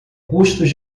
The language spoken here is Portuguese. custos